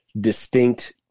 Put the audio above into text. distinct